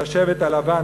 של השבט הלבן,